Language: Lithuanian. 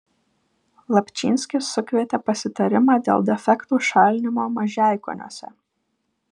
lapčynskis sukvietė pasitarimą dėl defektų šalinimo mažeikoniuose